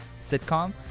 sitcom